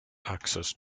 access